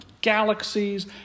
galaxies